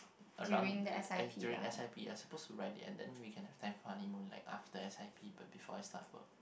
around the s~ during S_I_P I suppose right at the end then we can have time for honeymoon like after S_I_P but before I start work